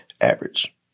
average